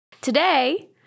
Today